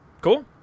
Cool